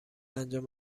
انجام